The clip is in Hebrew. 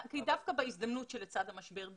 כי דווקא בהזדמנות שלצד המשבר,